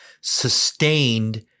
sustained